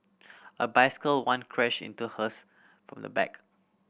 a bicycle once crashed into hers from the back